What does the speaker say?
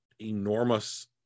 enormous